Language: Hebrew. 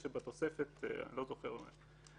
מאת מקבל השירות המסמיך או מיופה הכוח לפעול מטעמו,